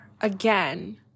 again